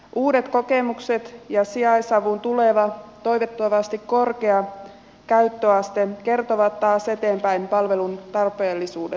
uudet kokemukset ja sijaisavun tuleva toivottavasti korkea käyttöaste kertovat taas eteenpäin palvelun tarpeellisuudesta